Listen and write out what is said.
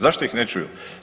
Zašto ih ne čuju?